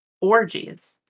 Orgies